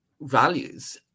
values